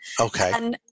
Okay